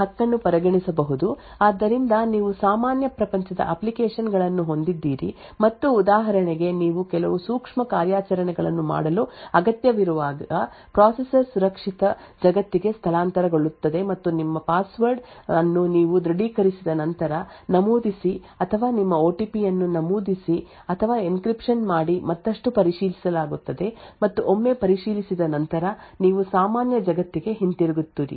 ಉದಾಹರಣೆಗೆ ನೀವು ಈ ಹಕ್ಕನ್ನು ಪರಿಗಣಿಸಬಹುದು ಆದ್ದರಿಂದ ನೀವು ಸಾಮಾನ್ಯ ಪ್ರಪಂಚದ ಅಪ್ಲಿಕೇಶನ್ ಗಳನ್ನು ಹೊಂದಿದ್ದೀರಿ ಮತ್ತು ಉದಾಹರಣೆಗೆ ನೀವು ಕೆಲವು ಸೂಕ್ಷ್ಮ ಕಾರ್ಯಾಚರಣೆಯನ್ನು ಮಾಡಲು ಅಗತ್ಯವಿರುವಾಗ ಪ್ರೊಸೆಸರ್ ಸುರಕ್ಷಿತ ಜಗತ್ತಿಗೆ ಸ್ಥಳಾಂತರಗೊಳ್ಳುತ್ತದೆ ನಿಮ್ಮ ಪಾಸ್ವರ್ಡ್ ಅನ್ನು ನೀವು ದೃಢೀಕರಿಸಿದ ನಂತರ ನಮೂದಿಸಿ ಅಥವಾ ನಿಮ್ಮ ಒಟಿಪಿ ಅನ್ನು ನಮೂದಿಸಿ ಅಥವಾ ಎನ್ಕ್ರಿಪ್ಶನ್ ಮಾಡಿ ಮತ್ತಷ್ಟು ಪರಿಶೀಲಿಸಲಾಗುತ್ತದೆ ಮತ್ತು ಒಮ್ಮೆ ಪರಿಶೀಲಿಸಿದ ನಂತರ ನೀವು ಸಾಮಾನ್ಯ ಜಗತ್ತಿಗೆ ಹಿಂತಿರುಗುತ್ತೀರಿ